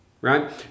right